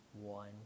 one